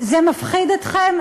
זה מפחיד אתכם?